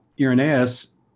Irenaeus